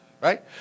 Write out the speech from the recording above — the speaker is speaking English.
right